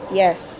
yes